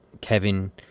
Kevin